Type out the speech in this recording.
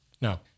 No